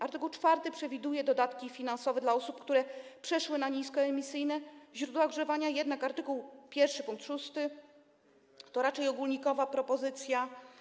Art. 4 przewiduje dodatki finansowe dla osób, które przeszły na niskoemisyjne źródła ogrzewania, jednak art. 1 pkt 6 to raczej ogólnikowa propozycja.